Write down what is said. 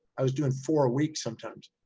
i was doing four weeks sometimes.